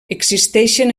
existeixen